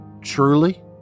truly